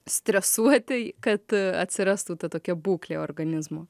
stresuoti kad atsirastų ta tokia būklė organizmo